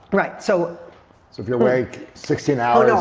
right, so. so if you're awake sixteen hours,